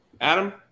Adam